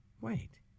Wait